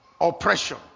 oppression